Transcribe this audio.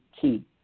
key